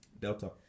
Delta